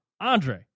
Andre